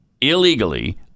illegally